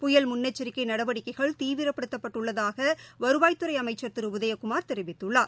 புயல் முன்னெச்சரிக்கை நடவடிக்கைகள் தீவிரப்படுத்தப் பட்டுள்ளதாக வருவாய்த்துறை அமைச்சர் திரு உதயகுமார் தெரிவித்துள்ளார்